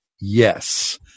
yes